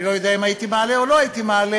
אני לא יודע אם הייתי מעלה או לא הייתי מעלה,